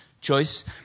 choice